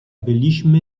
byliśmy